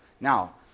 Now